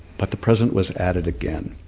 but the president was at it again.